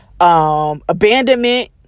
abandonment